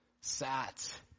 sat